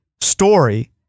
story